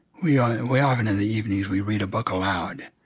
we ah we often, in the evenings, we read a book aloud.